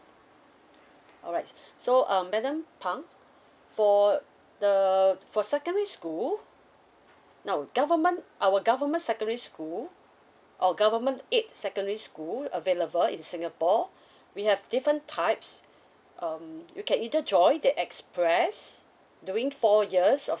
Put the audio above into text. alright so um madam phang for the for secondary school no government our government secondary school or government aided secondary school available in singapore we have different types um you can either join the express doing four years of